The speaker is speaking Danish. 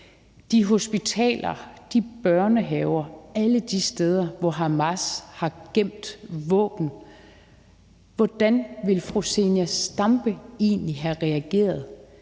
de hospitaler, de børnehaver, alle de steder, hvor Hamas har gemt våben, hvordan ville fru Zenia Stampe egentlig have reageret,